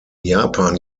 japan